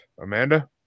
Amanda